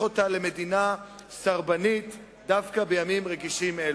אותה למדינה סרבנית דווקא בימים רגישים אלו.